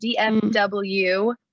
DMW